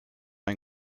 ein